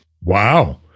Wow